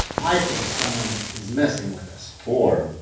i think someone is messing with us. or.